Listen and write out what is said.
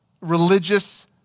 religious